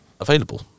available